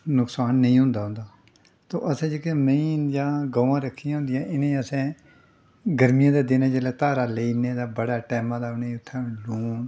नुकसान नेईं होंदा उं'दा तो असें जेह्कियां मैहीं न जां गवां रक्खी दियां होंदियां इ'नें गी असें गर्मियें दे दिनें जेल्लै धारा लेई जन्नें ते बड़ा टैमां दा उ'नें गी उत्थै लून